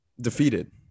defeated